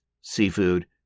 seafood